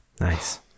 nice